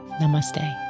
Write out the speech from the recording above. Namaste